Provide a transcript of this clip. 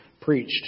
preached